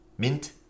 Mint